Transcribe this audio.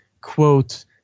quote